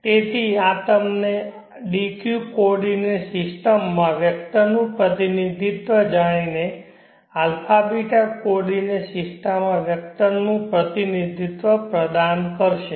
તેથી આ તમને dq કોઓર્ડિનેંટ સિસ્ટમમાં વેક્ટરનું પ્રતિનિધિત્વ જાણીને α ß કોઓર્ડિનેંટ સિસ્ટમમાં વેક્ટરનું પ્રતિનિધિત્વ પ્રદાન કરશે